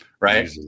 Right